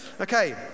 Okay